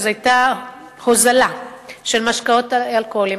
אז היתה הוזלה של משקאות אלכוהוליים,